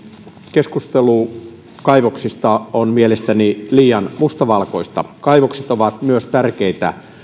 keskustelu kaivoksista on mielestäni liian mustavalkoista kaivokset ovat tärkeitä myös